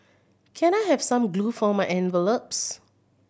can I have some glue for my envelopes